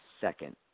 second